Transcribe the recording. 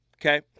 okay